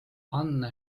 anne